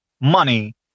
money